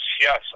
yes